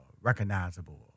recognizable